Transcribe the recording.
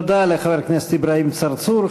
תודה לחבר הכנסת אברהים צרצור.